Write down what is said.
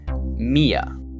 Mia